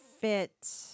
fit